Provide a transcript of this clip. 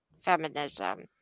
feminism